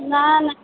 नऽ नऽ